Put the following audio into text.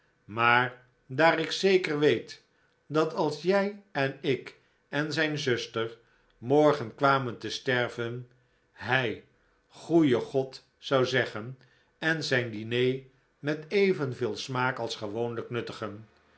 maar daar ik zeker weet dat als jij en ik en zijn zuster morgen kwamen te sterven hij goeie god zou zeggen en zijn diner met evenveel smaak als gewoonlijk nuttigen